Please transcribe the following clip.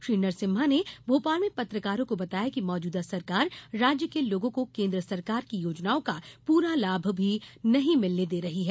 श्री नरसिम्हा ने भोपाल में पत्रकारों को बताया कि मौजूदा सरकार राज्य के लोगों को केंद्र सरकार की योजनाओं का पूरा लाभ भी नहीं मिलने दे रही है